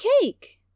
cake